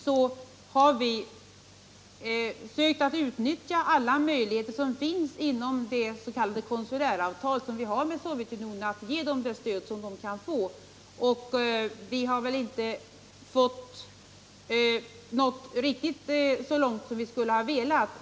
Vi har försökt att utnyttja alla möjligheter som finns inom det s.k. konsularavtal som finns med Sovjetunionen för att ge dem stöd. Vi har inte nått riktigt så långt som vi skulle ha velat.